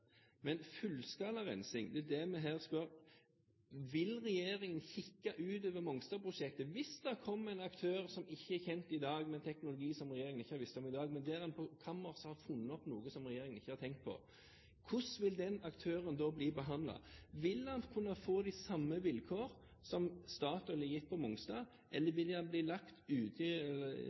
Men fullskala rensing – det er her vi spør: Vil regjeringen kikke utover Mongstad-prosjektet hvis det kommer en aktør som ikke er kjent i dag, med en teknologi som regjeringen ikke vet om i dag, men som på kammerset har funnet opp noe som regjeringen ikke har tenkt på? Hvordan vil den aktøren da bli behandlet? Vil han kunne få de samme vilkår som Statoil er gitt på Mongstad, eller vil han bli lagt ute i